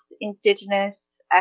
Indigenous